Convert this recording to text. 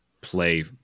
play